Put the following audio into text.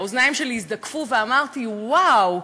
האוזניים שלי הזדקפו ואמרתי: וואו,